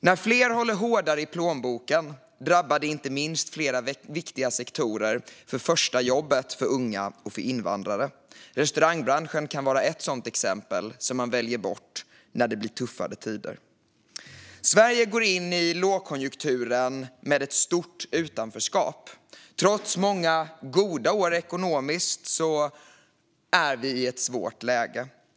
När fler håller hårdare i plånboken drabbar det inte minst flera sektorer som är viktiga för att unga och invandrare ska få sitt första jobb. Restaurangbranschen kan vara ett sådant exempel som väljs bort när det blir tuffare tider. Sverige går in i lågkonjunkturen med ett stort utanförskap. Trots många goda år ekonomiskt är vi i ett svårt läge.